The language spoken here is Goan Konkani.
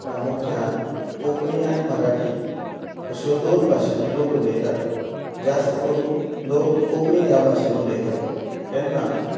प्रामुख्यान कोंकणी आनी मराठी अश्यो दोन भाशांनी लोक उलयतात जास्त करून लोक कोंकणी ह्या भाशेंत उलयतात तेन्ना